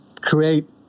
create